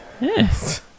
Yes